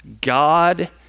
God